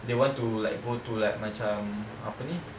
they want to like go to like macam apa ni